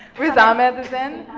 riz ahmed. riz, and